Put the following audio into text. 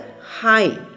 high